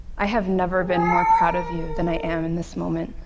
i have never been more proud of you than i am in this moment.